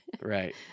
Right